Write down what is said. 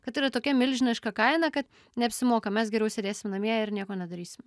kad yra tokia milžiniška kaina kad neapsimoka mes geriau sėdėsim namie ir nieko nedarysim